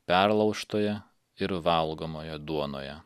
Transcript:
perlaužtoje ir valgomoje duonoje